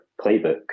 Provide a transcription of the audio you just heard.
playbook